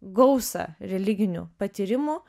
gausą religinių patyrimų